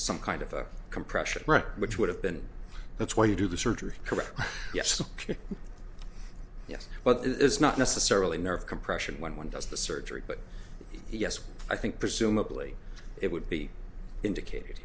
some kind of compression record which would have been that's why you do the surgery correct yes yes but this is not necessarily nerve compression when one does the surgery but yes i think presumably it would be indicated